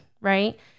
right